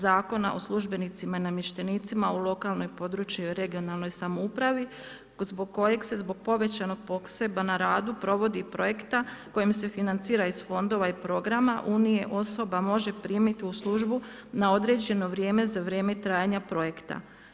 Zakona o službenicima i namještenicima u lokalnoj, područnoj regionalnoj samoupravi kod kojeg se zbog povećanog opsega na radu provodi projekt koji se financira iz fondova i programa Unije osoba može primiti u službu na određeno vrijeme za vrijeme trajanja projekta.